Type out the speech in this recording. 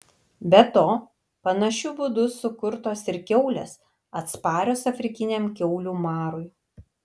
be to panašiu būdu sukurtos ir kiaulės atsparios afrikiniam kiaulių marui